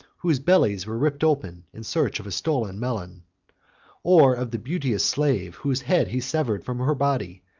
whose bellies were ripped open in search of a stolen melon or of the beauteous slave, whose head he severed from her body,